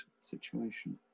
situation